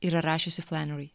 yra rašiusi flaneri